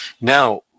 Now